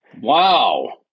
Wow